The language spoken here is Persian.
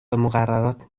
مقررات